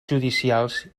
judicials